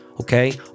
okay